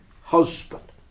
husband